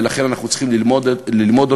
ולכן אנחנו צריכים ללמוד אותו,